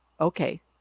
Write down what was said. Okay